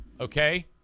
okay